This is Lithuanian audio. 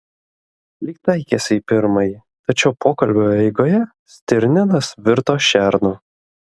lyg taikėsi į pirmąjį tačiau pokalbio eigoje stirninas virto šernu